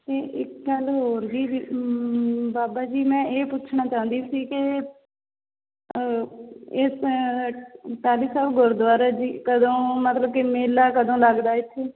ਅਤੇ ਇੱਕ ਗੱਲ ਹੋਰ ਵੀ ਬਾਬਾ ਜੀ ਮੈਂ ਇਹ ਪੁੱਛਣਾ ਚਾਹੁੰਦੀ ਸੀ ਕਿ ਇਸ ਟਾਹਲੀ ਸਾਹਿਬ ਗੁਰਦੁਆਰਾ ਜੀ ਕਦੋਂ ਮਤਲਬ ਕਿ ਮੇਲਾ ਕਦੋਂ ਲੱਗਦਾ ਇੱਥੇ